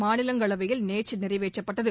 மாநிலங்களவையில் நேற்று நிறைவேற்றப்பட்டது